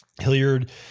Hilliard